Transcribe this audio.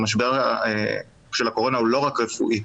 המשבר של הקורונה הוא לא רק רפואי,